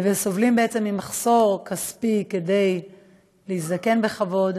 וסובלים בעצם ממחסור כספי כדי להזדקן בכבוד.